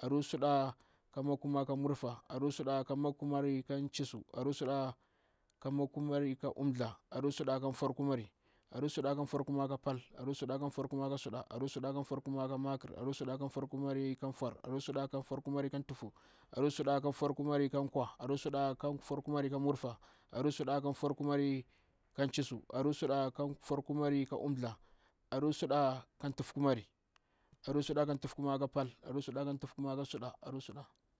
aruu suɗa ka makkumari ka mmurfah, arru suda ka makkumari, ka chissuw arun suɗa ka makkkumari ka umthdla. Arru da ka foar kummari, ardu suɗa ka foar kumari ka pal, aruu suɗa ka foar kumari ka suɗa, aruu suɗa ka foar kummari ka makr, aruu suda ka foar kumari ka foar, aruu suda ka foar kummari ka tuhfu, aruu suda ka foar kummari ka nkwa, aruu suda ka foar kummari ka mmurfah aruu suɗa ka foar kummari ka chissuw, aruu suɗa ka foar kumari ka umthdla. Aruu suɗa ka tuhfu kunmari, aruu suda ƙa tuhfu kummari ka pal, aruu suda ƙa tuhfu kummari ka suɗa, aruu suɗa.